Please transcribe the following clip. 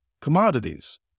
commodities